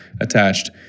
attached